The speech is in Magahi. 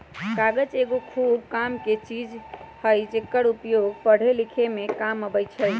कागज एगो खूब कामके चीज हइ जेकर उपयोग पढ़े लिखे में काम अबइ छइ